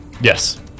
Yes